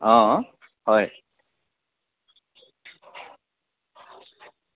অ' হয়